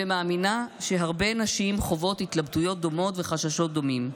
ומאמינה שהרבה נשים חוות התלבטויות דומות וחששות דומים.